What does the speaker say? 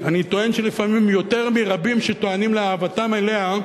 אני טוען שלפעמים יותר מרבים שטוענים לאהבתם אליה,